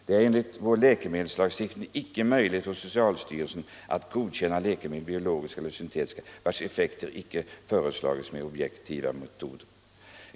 Det är enligt vår läkemedelslagstiftning inte möjligt för socialstyrelsen att godkänna läkemedel — biologiska eller syntetiska — vars effekter inte fastslagits med objektiva metoder.